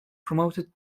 promoted